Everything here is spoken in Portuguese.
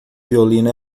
violino